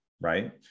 right